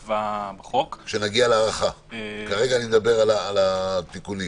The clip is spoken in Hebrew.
כל מי שישב ליד מישהו שהוא חיובי לקורונה,